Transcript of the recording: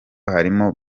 harimo